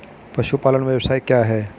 पशुपालन व्यवसाय क्या है?